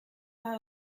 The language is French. pas